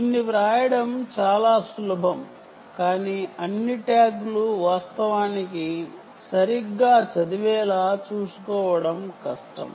దీన్ని వ్రాయడం చాలా సులభం కానీ అన్ని ట్యాగ్లు వాస్తవానికి సరిగ్గా చదవబడ్డాయా అని చూసుకోవడం కష్టం